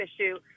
issue